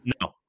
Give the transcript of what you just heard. No